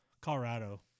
Colorado